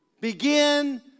Begin